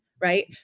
right